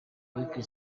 weekly